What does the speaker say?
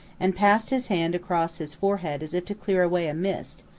and passed his hand across his forehead as if to clear away a mist,